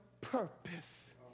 purpose